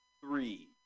Three